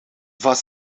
was